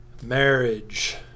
marriage